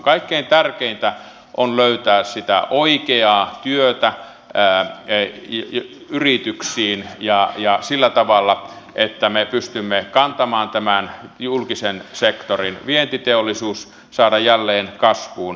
kaikkein tärkeintä on löytää sitä oikeaa työtä yrityksiin ja sillä tavalla että me pystymme kantamaan tämän julkisen sektorin vientiteollisuus saadaan jälleen kasvuun